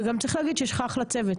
צריך גם להגיד שיש לך אחלה צוות,